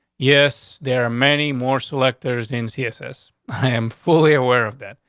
yes, there are many more selectors in css. i am fully aware of that.